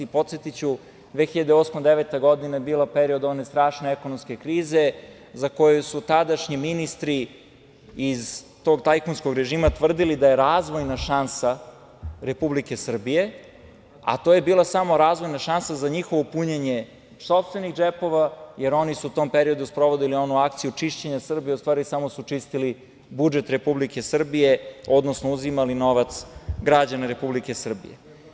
Podsetiću, 2008/2009. godina je bila period one strašne ekonomske krize, za koju su tadašnji ministri iz tog tajkunskog režima tada tvrdili da je razvojna šansa Republike Srbije, a to je bila samo razvojna šansa za njihovo punjenje sopstvenih džepova, jer oni su u tom periodu sprovodili onu akciju čišćenja Srbije, a u stvari samo su čistili budžet Republike Srbije, odnosno uzimali novac građana Republike Srbije.